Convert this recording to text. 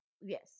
Yes